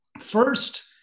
First